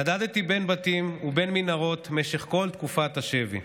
נדדתי בין בתים ובין מנהרות במשך כל תקופת השבי.